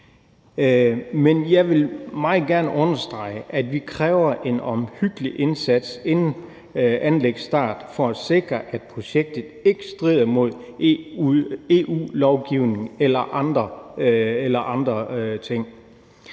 Men jeg vil meget gerne understrege, at vi kræver en omhyggelig indsats inden anlæggets start for at sikre, at projektet ikke strider imod EU-lovgivning eller andre ting.